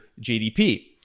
GDP